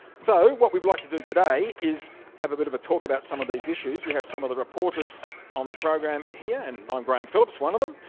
so what we'd like to do today is have a bit of a talk about some of these issues. we have some of the reporters on the program here, and i'm graham phillips, one of them.